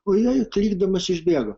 o jei ir klykdamos išbėgo